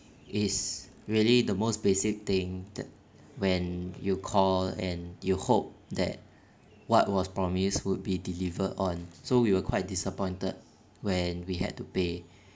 is really the most basic thing that when you call and you hope that what was promised would be deliver on so we were quite disappointed when we had to pay